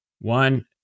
one